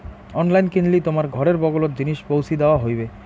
online কিনলি তোমার ঘরের বগলোত জিনিস পৌঁছি দ্যাওয়া হইবে